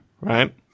right